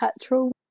petrol